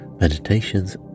meditations